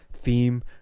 theme